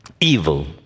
evil